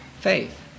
Faith